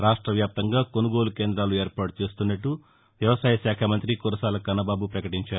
రాష్ట్ర వ్యాప్తంగా కొనుగోలు కేంద్రాలు ఏర్పాటు చేస్తున్నట్లు వ్యవసాయ శాఖ మంత్రి కురసాల కన్నబాబు గ్రవకటించారు